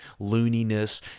looniness